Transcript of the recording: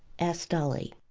asked dolly.